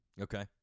Okay